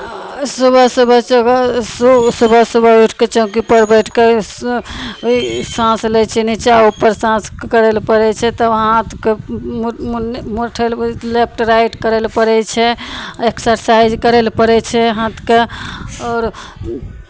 सुबह सुबह सु सुबह सुबह उठि कऽ चौकीपर बैठि कऽ स् ई साँस लै छियै नीचाँ ऊपर साँसकेँ करय लेल पड़ै छै तब हाथके मु मुन मुर लेफ्ट राइट करय लेल पड़ै छै एक्सरसाइज करय लेल पड़ै छै हाथके आओर